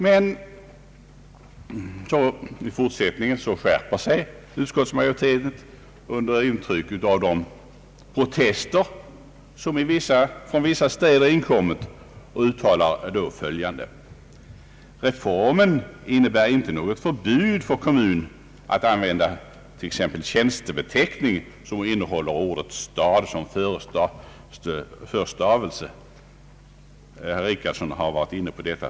Men i fortsättningen skärper sig ut skottsmajoriteten under intryck av de protester som inkommit från vissa städer och uttalar följande: »Reformen innebär inte något förbud för kommun att begagna t.ex. tjänstebenämningar som innehåller ordet stad som förstavelse.» Herr Richardson har varit inne på detta.